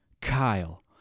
Kyle